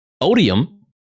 Odium